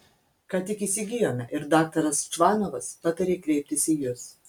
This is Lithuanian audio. ką tik įsigijome ir daktaras čvanovas patarė kreiptis į jus